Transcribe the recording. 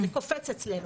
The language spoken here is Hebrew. זה קופץ אצלנו,